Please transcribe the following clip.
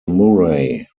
murray